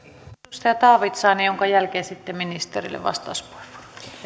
edustaja taavitsainen jonka jälkeen sitten ministerille vastauspuheenvuoro